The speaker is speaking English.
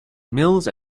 mills